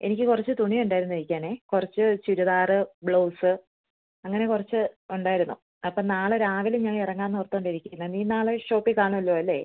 എനിക്ക് കുറച്ച് തുണി തയ്ക്കാന് ഉണ്ടായിരുന്നു തയ്ക്കാന് കുറച്ച് ചുരിദാര് ബ്ലൗസ് അങ്ങനെ കുറച്ച് ഉണ്ടായിരുന്നു അപ്പം നാളെ രാവില ഞാന് ഇറങ്ങാമെന്ന് ഓര്ത്തുകൊണ്ടാണ് ഇരിക്കുന്നത് നീ നാളെ ഷോപ്പില് കാണുമല്ലോ അല്ലേ